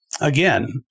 again